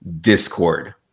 Discord